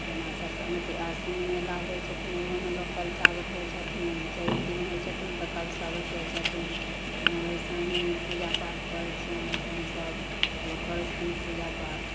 जेना सरस्वती अथी आशिन मेला होइ छथिन ओहोमे लोक कलशा बैठबै छथिन चैतीमे होइ छथिन तऽ कलशा बैठबै छथिन तऽ हम आर अइसे ही पूजा पाठ करै छियनि अइसे ही सब लोक करै छथिन पूजा पाठ